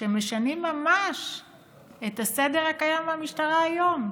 כשמשנים ממש את הסדר הקיים במשטרה היום.